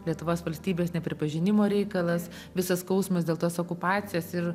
lietuvos valstybės nepripažinimo reikalas visas skausmas dėl tos okupacijos ir